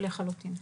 לחלוטין.